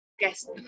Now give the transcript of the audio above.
guess